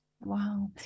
Wow